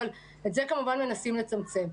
אבל את זה מנסים לצמצם.